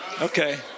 Okay